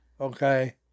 okay